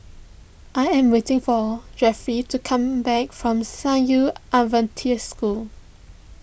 I am waiting for Jeffie to come back from San Yu Adventist School